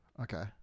Okay